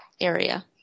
area